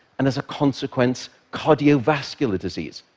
and, as a consequence, cardiovascular disease.